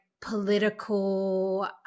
political